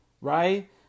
Right